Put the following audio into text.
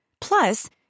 Plus